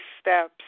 steps